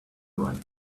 right